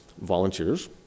volunteers